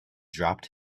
dropped